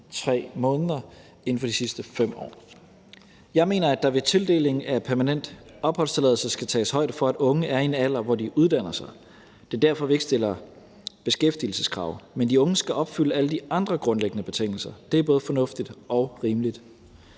3 måneder inden for de sidste 5 år. Jeg mener, at der ved tildeling af permanent opholdstilladelse skal tages højde for, at unge er i en alder, hvor de uddanner sig. Det er derfor, vi ikke stiller beskæftigelseskrav. Men de unge skal opfylde alle de andre grundlæggende betingelser. Det er både fornuftigt og rimeligt.